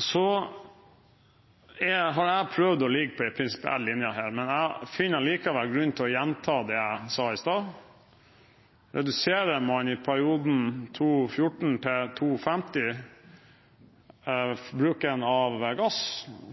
Så har jeg prøvd å ligge på en prinsipiell linje her, men jeg finner allikevel grunn til å gjenta det jeg sa i stad: Reduserer man i perioden